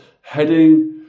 heading